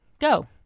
Go